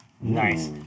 Nice